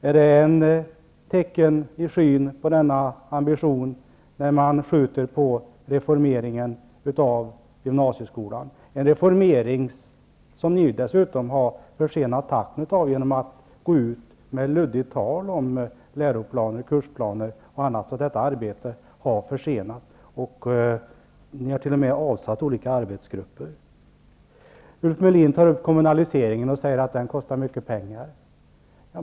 Är det ett tecken i skyn på denna ambition när man skjuter på reformeringen av gymnasieskolan, en reformering som ni dessutom har försenat genom att gå ut med luddigt tal om läroplaner, kursplaner och annat? Ni har t.o.m. avsatt olika arbetsgrupper. Ulf Melin säger att kommunaliseringen av lärarna kostar mycket pengar.